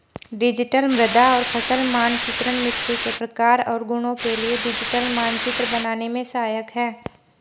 digital मृदा और फसल मानचित्रण मिट्टी के प्रकार और गुणों के लिए डिजिटल मानचित्र बनाने में सहायक है